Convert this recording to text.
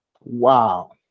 wow